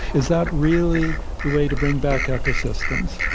is that really the way to bring back ecosystems,